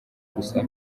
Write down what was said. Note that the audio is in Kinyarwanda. gusa